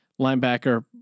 Linebacker